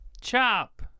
Chop